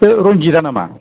बे रनजिदा नामा